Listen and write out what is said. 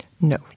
No